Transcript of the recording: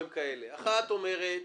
האחת אומרת,